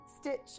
Stitch